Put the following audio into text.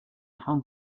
hong